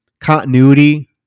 continuity